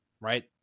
right